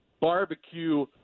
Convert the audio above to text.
barbecue